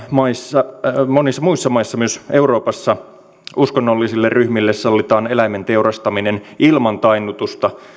monissa monissa muissa maissa myös euroopassa uskonnollisille ryhmille sallitaan eläimen teurastaminen ilman tainnutusta